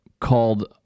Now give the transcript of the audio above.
called